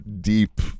deep